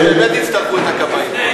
אז באמת תצטרכו את הכבאים.